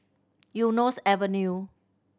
Eunos Avenue